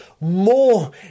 more